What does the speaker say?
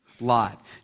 Lot